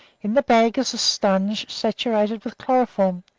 in the bag is a sponge saturated with chloroform,